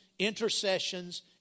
intercessions